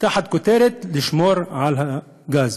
תחת הכותרת: לשמור על הגז.